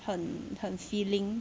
很很 filling